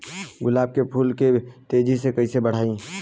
गुलाब के फूल के तेजी से कइसे बढ़ाई?